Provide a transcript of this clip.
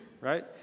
right